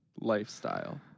lifestyle